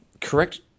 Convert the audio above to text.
Correct